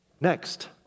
Next